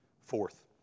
Fourth